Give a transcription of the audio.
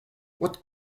what